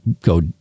go